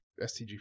stg